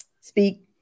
speak